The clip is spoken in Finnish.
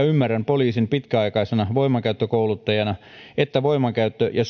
ymmärrän poliisin pitkäaikaisena voimankäyttökouluttajana että voimankäyttö ja